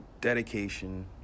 dedication